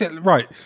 Right